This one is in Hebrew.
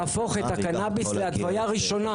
להפוך את הקנביס להתוויה ראשונה.